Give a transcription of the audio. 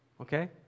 okay